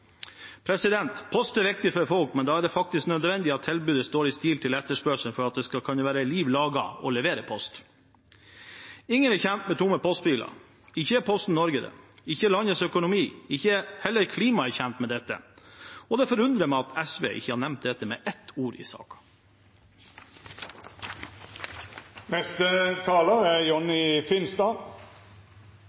Post er viktig for folk, men det er faktisk nødvendig at tilbudet står i stil med etterspørselen for at det skal kunne være liv laga å levere post. Ingen er tjent med tomme postbiler, ikke Posten Norge, ikke landets økonomi – og heller ikke klimaet er tjent med dette. Det forundrer meg at SV ikke har nevnt det med ett ord i